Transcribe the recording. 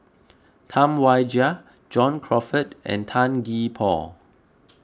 Tam Wai Jia John Crawfurd and Tan Gee Paw